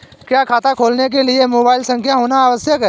क्या खाता खोलने के लिए मोबाइल संख्या होना आवश्यक है?